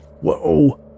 Whoa